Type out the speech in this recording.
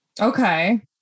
Okay